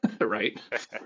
right